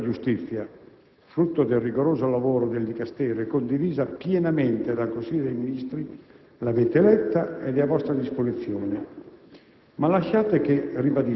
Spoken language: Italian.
La Relazione sullo stato della giustizia, frutto del rigoroso lavoro del Dicastero e condivisa pienamente dal Consiglio dei ministri, l'avete letta ed è a vostra disposizione,